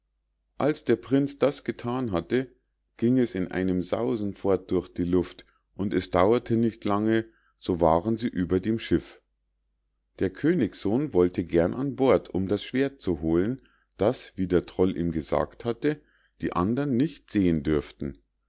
als der prinz das gethan hatte ging es in einem sausen fort durch die luft und es dauerte nicht lange so waren sie über dem schiff der königssohn wollte gern an bord um das schwert zu holen das wie der troll ihm gesagt hatte die andern nicht sehen dürften